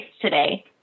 today